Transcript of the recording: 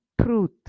Truth